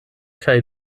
kaj